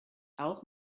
auch